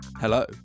Hello